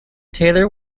taylor